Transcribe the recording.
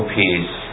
peace